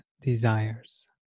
desires